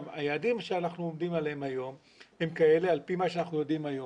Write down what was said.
היעדים שאנחנו עובדים עליהם היום הם כאלה על פי מה שאנחנו יודעים היום.